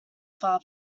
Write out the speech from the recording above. far